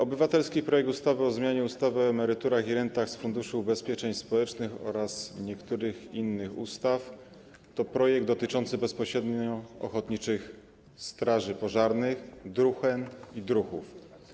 Obywatelski projekt ustawy o zmianie ustawy o emeryturach i rentach z Funduszu Ubezpieczeń Społecznych oraz niektórych innych ustaw to projekt dotyczący bezpośrednio ochotniczych straży pożarnych, druhen i druhów.